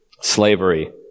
slavery